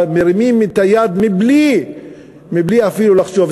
מרימים את היד בלי אפילו לחשוב.